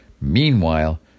Meanwhile